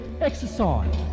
exercise